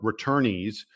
returnees